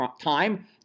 time